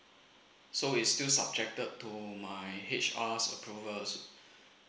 so it's still subjected to my H_R approval